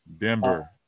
Denver